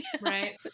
right